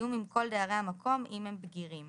בתיאום עם כל דיירי המקום, אם הם בגירים;